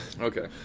Okay